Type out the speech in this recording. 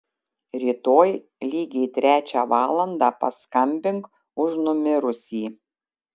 rytoj lygiai trečią valandą paskambink už numirusį